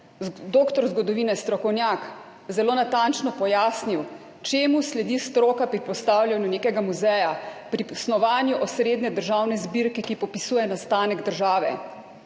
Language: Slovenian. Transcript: razpravo zelo natančno pojasnil, čemu sledi stroka pri postavljanju nekega muzeja, pri snovanju osrednje državne zbirke, ki popisuje nastanek države.